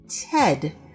Ted